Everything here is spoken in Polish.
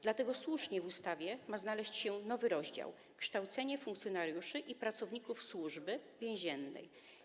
Dlatego słusznie w ustawie ma się znaleźć nowy rozdział „Kształcenie funkcjonariuszy i pracowników Służby Więziennej”